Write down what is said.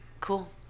Cool